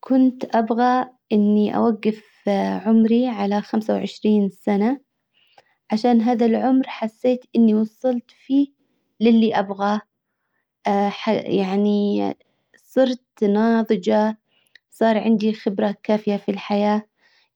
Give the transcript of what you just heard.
كنت ابغى اني اوجف عمري على خمسة وعشرين سنة عشان هذا العمر حسيت اني وصلت فيه للي ابغاه يعني صرت ناضجة صار عندي خبرة كافية في الحياة